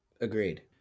Agreed